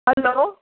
hello